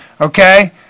okay